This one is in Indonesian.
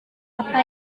apa